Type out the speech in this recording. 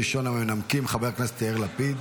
ראשון המנמקים, חבר הכנסת יאיר לפיד,